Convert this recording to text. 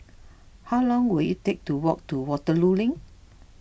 how long will it take to walk to Waterloo Link